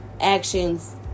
actions